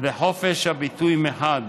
וחופש הביטוי מחד